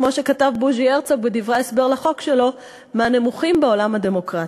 כמו שכתב בוז'י הרצוג בדברי ההסבר לחוק שלו: "מהנמוכים בעולם הדמוקרטי".